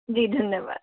जी धन्यवाद